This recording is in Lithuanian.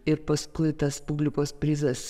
ir paskui tas publikos prizas